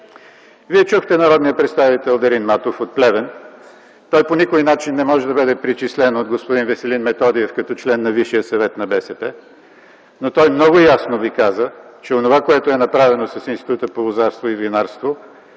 Вие чухте народния представител Дарин Матов от Плевен. Той по никакъв начин не може да бъде причислен от господин Методиев като член на Висшия съвет на БСП. Но той много ясно ви каза, че онова, което е направено с Института по лозарство и винарство,